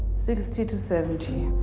sixty to seventy.